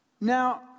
Now